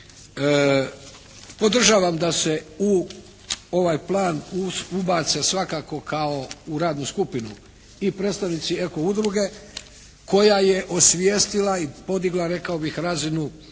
podržavam da se u ovaj plan ubace svakako kao u radnu skupinu i predstavnici eko udruge koja je osvijestila i podigla rekao